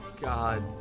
God